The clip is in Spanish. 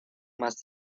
más